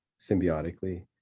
Symbiotically